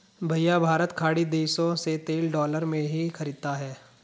भैया भारत खाड़ी देशों से तेल डॉलर में ही खरीदता है